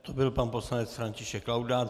To byl pan poslanec František Laudát.